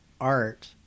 art